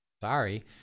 Sorry